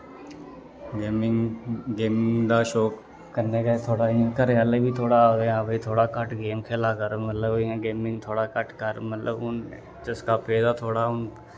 gaming gaming दा शौंक कन्नै गै थोह्ड़ा इ'यां घर आह्ले बी आखदे थोह्ड़ा इयां थोह्ड़ा घट्ट गेम खेला कर मतलब इ'यां गेमिंग थोह्ड़ा घट्ट कर मतलब हून चस्का पेदा थोह्ड़ा हून